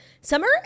summer